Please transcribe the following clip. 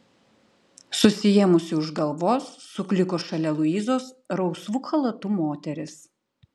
susiėmusi už galvos sukliko šalia luizos rausvu chalatu moteris